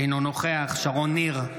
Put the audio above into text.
אינו נוכח שרון ניר,